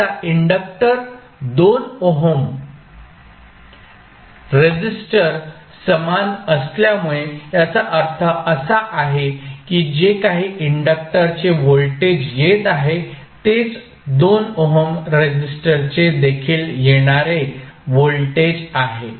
आता इंडक्टर आणि 2 ohm resistor समांतर असल्यामुळे याचा अर्थ असा आहे की जे काही इंडक्टरचे व्होल्टेज येत आहे तेच 2 ओहम रेसिस्टरचे देखील येणारे व्होल्टेज आहे